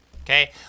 okay